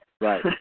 Right